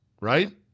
right